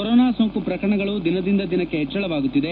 corona ಸೋಂಕು ಪ್ರಕರಣಗಳು ದಿನದಿಂದ ದಿನಕ್ಕೆ ಹೆಚ್ಚಳವಾಗುತ್ತಿದೆ